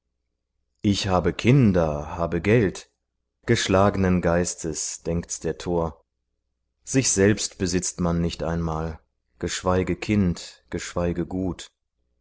ich habe kinder habe geld geschlagnen geistes denkt's der tor sich selbst besitzt man nicht einmal geschweige kind geschweige gut